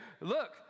look